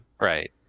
Right